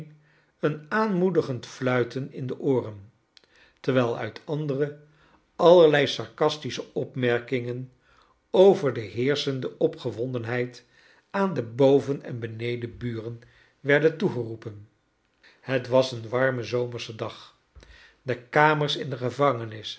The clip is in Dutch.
een aanmoedigend fluiten in de ooren terwgl uit andere allerlei sarcastische opmerkingen over de heerschende opgewondenheid aan de boven of beneden buren werden toegeroepen het was een warme zomersche dag de kamers in de gevangenis